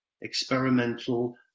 experimental